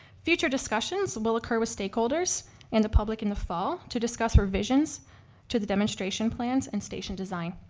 future discussions will occur with stakeholders and the public in the fall to discuss revisions to the demonstration plans and station design.